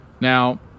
Now